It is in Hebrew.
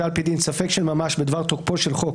על-פי דין ספק של ממש בדבר תוקפו של חוק,